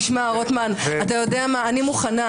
תשמע, רוטמן, אני מוכנה